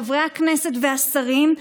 חברי הכנסת והשרים,